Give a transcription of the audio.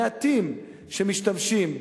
המעטים שמשתמשים,